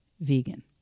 vegan